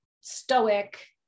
stoic